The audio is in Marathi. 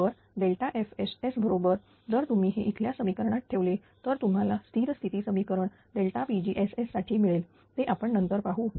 तर FSSबरोबर जर तुम्ही हे इथल्या समीकरणात ठेवले तर तुम्हाला स्थिर स्थिती समीकरण pgss साठी मिळेल ते आपण नंतर पाहू